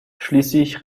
schließlich